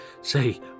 Say